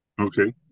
Okay